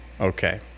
Okay